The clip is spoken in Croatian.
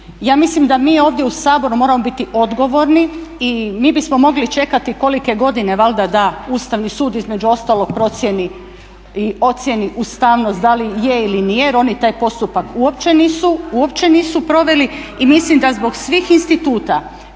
Ja mislim da mi ovdje u Saboru moramo biti odgovorni i mi bismo mogli čekati kolike godine valjda da Ustavni sud između ostalog procijeni i ocijeni ustavnost da li je ili nije jer oni taj postupak uopće nisu proveli. I mislim da zbog svih instituta